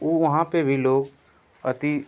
वो वहाँ पर भी लोग अति